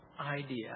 idea